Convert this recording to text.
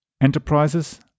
enterprises